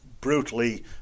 brutally